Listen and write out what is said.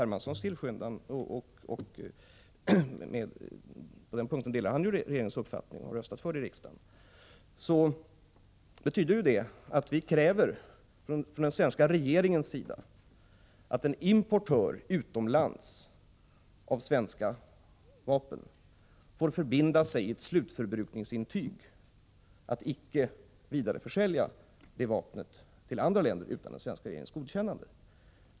Hermanssons tillskyndan, på vilken punkt han delar regeringens uppfattning, som han också har röstat för i riksdagen — från den svenska regeringens sida kräver att en utländsk importör av svenska vapen får förbinda sig i ett slutförbrukningsintyg att icke vidareförsälja vapnet till andra länder utan den svenska regeringens godkännande.